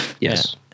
Yes